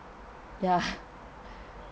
ya